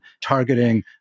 targeting